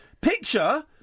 picture